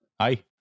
Hi